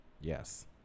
Yes